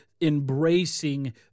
embracing